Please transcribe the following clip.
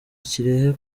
kirehe